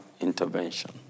intervention